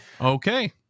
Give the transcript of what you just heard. Okay